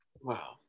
Wow